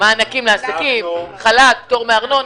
מענקים לעסקים, חל"ת, פטור מארנונה.